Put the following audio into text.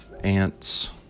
ants